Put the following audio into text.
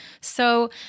So-